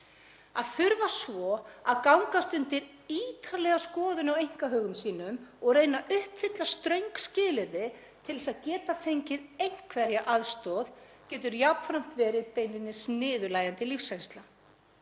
Að þurfa svo að gangast undir ítarlega skoðun á einkahögum sínum og reyna að uppfylla ströng skilyrði til að geta fengið einhverja aðstoð getur jafnframt verið beinlínis niðurlægjandi lífsreynsla.